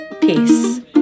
Peace